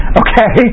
okay